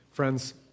Friends